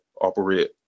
operate